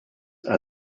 are